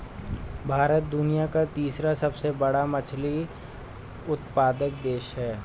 भारत दुनिया का तीसरा सबसे बड़ा मछली उत्पादक देश है